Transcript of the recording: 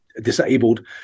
disabled